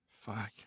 Fuck